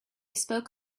spoke